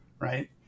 right